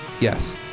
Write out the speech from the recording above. yes